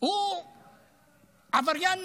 הוא עבריין